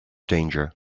danger